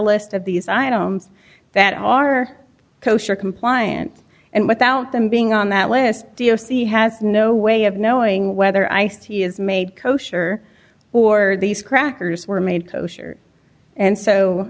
list of these items that are kosher compliant and without them being on that list v o c has no way of knowing whether ice tea is made kosher or these crackers were made kosher and so